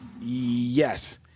Yes